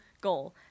goal